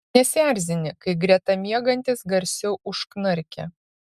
nesierzini kai greta miegantis garsiau užknarkia